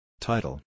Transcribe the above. Title